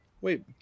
Wait